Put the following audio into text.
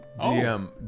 DM